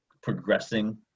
progressing